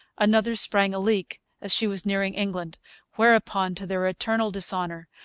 another sprang a leak as she was nearing england whereupon, to their eternal dishonour,